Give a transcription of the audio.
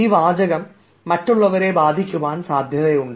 ഈ വാചകം മറ്റുള്ളവരെ ബാധിക്കുവാൻ സാധ്യതയുണ്ട്